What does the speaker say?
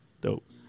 dope